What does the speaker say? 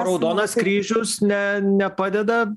raudonas kryžius ne nepadeda